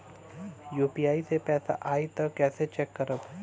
UPI से पैसा आई त कइसे चेक करब?